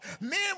Men